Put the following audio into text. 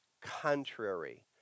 contrary